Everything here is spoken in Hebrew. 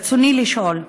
ברצוני לשאול: